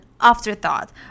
afterthought